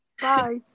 Bye